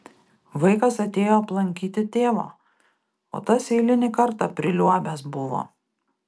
vaikas atėjo aplankyti tėvo o tas eilinį kartą priliuobęs buvo